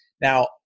Now